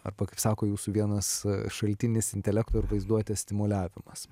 arba kaip sako jūsų vienas šaltinis intelekto ir vaizduotės stimuliavimas